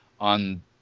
on